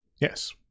yes